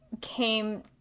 came